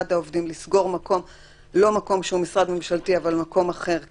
העובדים לסגור לא מקום שהוא משרד ממשלתי אבל מקום אחר כן,